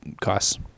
costs